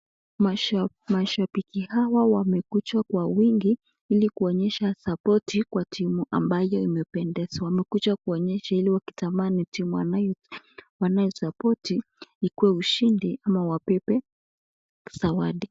Mashabiki hawa wamekuja kwa wingi ili kuonyesha sapoti kwa timu ambayo imependezwa, wamekuja kuonyesha hilo kitambaa ni timu wanaesapoti, ni kwa ushindi ama wabebe zawadi.